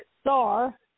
star